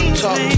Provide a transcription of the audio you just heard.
talk